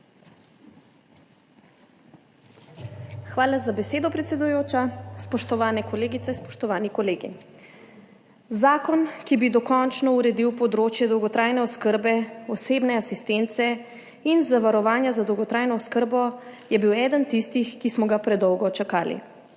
Hvala za besedo, predsedujoča. Spoštovane kolegice, spoštovani kolegi! Zakon, ki bi dokončno uredil področje dolgotrajne oskrbe, osebne asistence in zavarovanja za dolgotrajno oskrbo, je bil eden tistih, ki smo ga predolgo čakali.